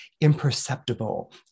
imperceptible